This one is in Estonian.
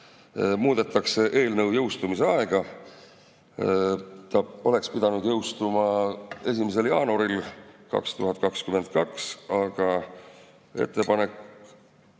muudetakse eelnõu jõustumise aega. See oleks pidanud jõustuma 1. jaanuaril 2022, aga ettepanek